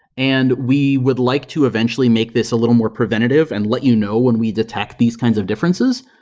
and we would like to eventually make this a little more preventative and let you know when we detect these kinds of differences,